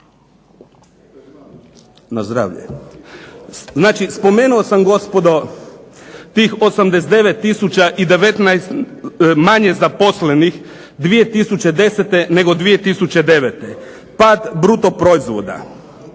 kolapsa. Znači, spomenuo sam gospodo tih 89 tisuća i 19 manje zaposlenih 2010. nego 2009., pad bruto proizvoda.